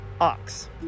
ox